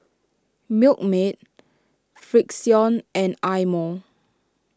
Milkmaid Frixion and Eye Mo